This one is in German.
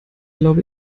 glaub